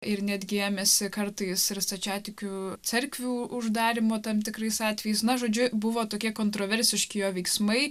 ir netgi ėmėsi kartais ir stačiatikių cerkvių uždarymo tam tikrais atvejais na žodžiu buvo tokie kontroversiški jo veiksmai